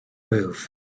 move